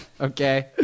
okay